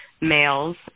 males